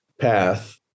path